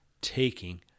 taking